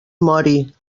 mori